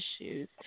issues